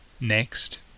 Next